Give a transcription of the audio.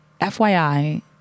FYI